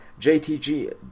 JTG